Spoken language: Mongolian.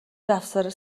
завсар